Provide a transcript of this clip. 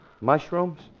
Mushrooms